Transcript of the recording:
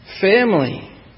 family